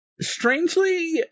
strangely